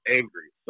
angry